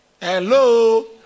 Hello